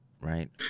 right